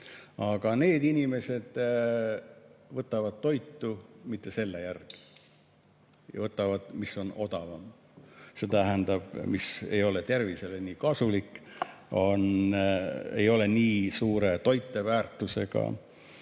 Aga need inimesed ei võta toitu mitte selle järgi, vaid võtavad, mis on odavam. See tähendab seda, mis ei ole tervisele nii kasulik, ei ole nii suure toiteväärtusega,